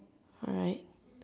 alright